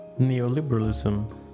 Neoliberalism